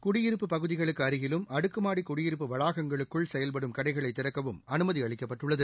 குடியிருப்பு பகுதிகளுக்கு அருகிலும் அடுக்குமாடி குடியிருப்பு வளாகங்களுககுள் செயல்படும் கடைகளை திறக்கவும் அனுமதி அளிக்கப்பட்டுள்ளது